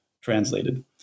translated